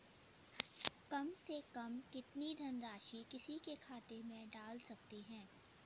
कम से कम कितनी धनराशि किसी के खाते में डाल सकते हैं?